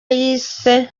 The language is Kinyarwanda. yise